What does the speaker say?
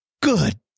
Good